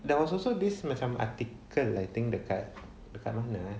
there was also this macam article I think dekat dekat mana eh